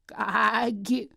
ką gi